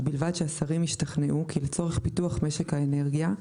ובלבד שהשרים השתכנעו כי לצורך פיתוח משק האנרגיה,